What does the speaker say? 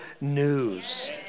news